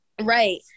right